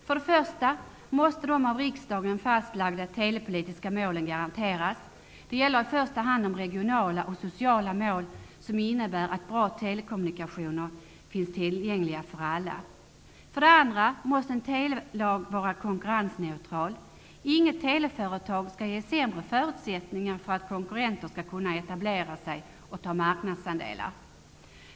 För det första måste de av riksdagen fastlagda telepolitiska målen garanteras. Det gäller i första hand de regionala och sociala mål som innebär att bra telekommunikationer finns tillgängliga för alla. För det andra måste en telelag vara konkurrensneutral. Inget teleföretag skall ges sämre förutsättningar för att konkurrenter skall kunna etablera sig och ta marknadsandelar.